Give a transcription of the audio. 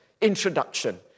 introduction